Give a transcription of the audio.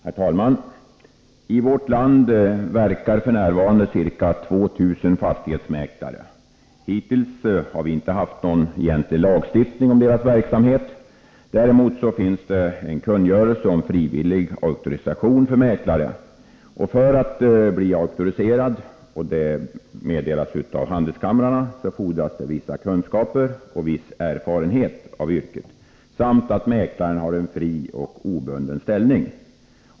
Herr talman! I vårt land verkar f. n. ca 2 000 fastighetsmäklare. Hittills har vi inte haft någon egentlig lagstiftning om deras verksamhet. Däremot finns en kungörelse om frivillig auktorisation för mäklare. För sådan auktorisation, som meddelas av handelskamrarna, fordras vissa kunskaper och viss erfarenhet av yrket samt att mäklaren har en fri och obunden ställning.